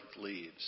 leaves